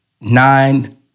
nine